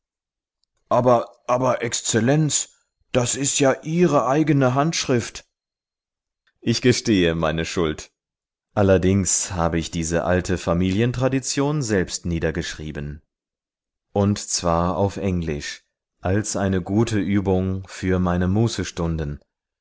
geschrieben aber exzellenz das ist ja ihre eigene handschrift ich gestehe meine schuld allerdings habe ich diese alte familientradition selbst niedergeschrieben und zwar auf englisch als eine gute übung für meine mußestunden